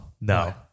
No